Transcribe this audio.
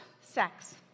sex